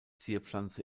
zierpflanze